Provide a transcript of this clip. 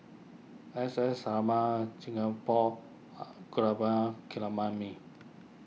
S S Sarma Chia Ong Pang Are Gaurav